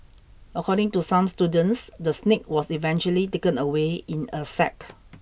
according to some students the snake was eventually taken away in a sack